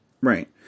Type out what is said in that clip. Right